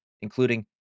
including